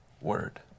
Word